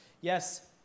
Yes